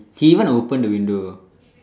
he even open the window